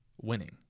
winning